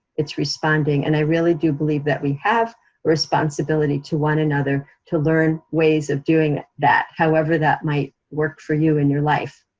it's responding, and i really do believe that we have responsibility to one another to learn ways of doing that, however that might work for you in your life.